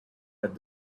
had